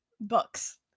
books